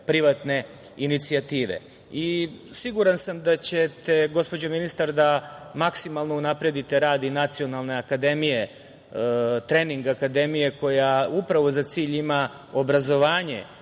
privatne inicijative. Siguran sam da ćete gospođo ministar da maksimalno unapredite rad i Nacionalne akademije, trening akademije koja upravo za cilj ima obrazovanje